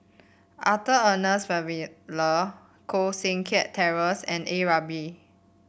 Arthur Ernest Koh Seng Kiat Terence and A Ramli